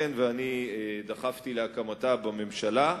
ואני דחפתי להקמתה בממשלה.